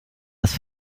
das